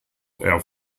air